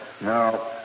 No